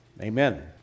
amen